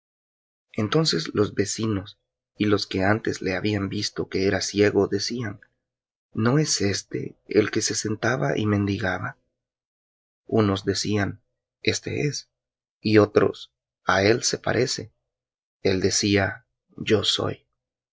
entonces los vecinos y los que antes le habían visto que era ciego decían no es éste el que se sentaba y mendigaba unos decían este es y otros a él se parece el decía yo soy